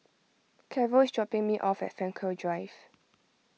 Carol is dropping me off at Frankel Drive